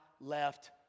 left